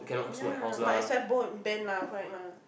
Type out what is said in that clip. yeah might as well bone ban lah correct lah